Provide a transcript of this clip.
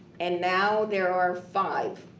and now there are five.